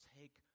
take